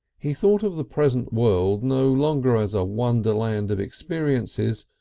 he thought of the present world no longer as a wonderland of experiences,